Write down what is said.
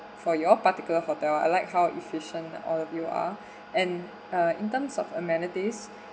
for you all particular hotel I like how efficient all of you are and uh in terms of amenities